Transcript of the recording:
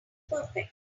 perfect